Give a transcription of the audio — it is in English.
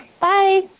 Bye